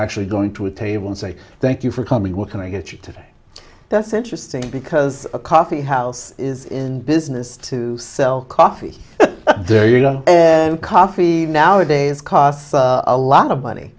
actually going to a table and say thank you for coming what can i get you today that's interesting because a coffee house is in business to sell coffee there your coffee nowadays costs a lot of money